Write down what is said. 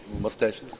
Mustaches